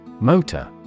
Motor